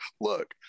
look